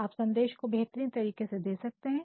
आप संदेश को बेहतरीन तरीके से दे सकते हैं